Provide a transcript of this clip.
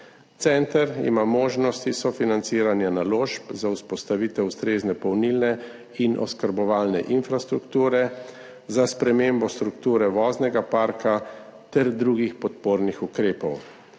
Center ima možnosti sofinanciranja naložb za vzpostavitev ustrezne polnilne in oskrbovalne infrastrukture, za spremembo strukture voznega parka ter drugih podpornih ukrepov.